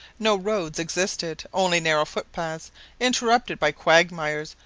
no roads existed, only narrow footpaths interrupted by quagmires,